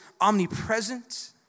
omnipresent